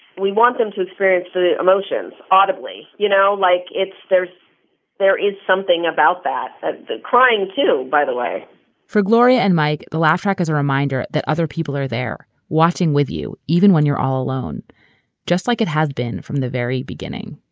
we want them to experience the emotions audibly. you know like there there is something about that, the crying too, by the way for gloria and mike, the laugh track is a reminder that other people are there watching with you even when you're all alone just like it has been from the very beginning